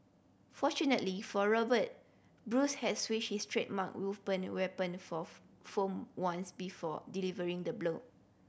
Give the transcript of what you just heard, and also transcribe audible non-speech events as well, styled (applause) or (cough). fortunately for Robert Bruce had switched his trademark (unintelligible) weapon for foam ones before delivering the blow